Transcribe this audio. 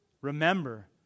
remember